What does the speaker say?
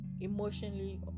emotionally